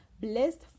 Blessed